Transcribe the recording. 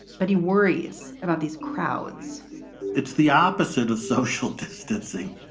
but he worries about these crowds it's the opposite of social distancing.